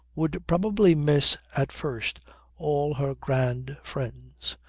would probably miss at first all her grand friends.